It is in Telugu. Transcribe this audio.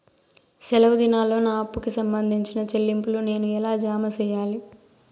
సెలవు దినాల్లో నా అప్పుకి సంబంధించిన చెల్లింపులు నేను ఎలా జామ సెయ్యాలి?